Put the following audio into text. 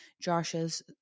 Josh's